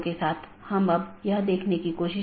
तो इस मामले में यह 14 की बात है